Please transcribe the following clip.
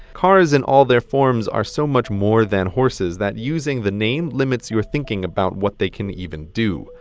cars in all their forms are so much more than horses that using the name limits your thinking about what they can even do.